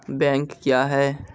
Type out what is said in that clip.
Bank क्या हैं?